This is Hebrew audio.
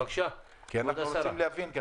כי אנחנו רוצים להבין.